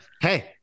hey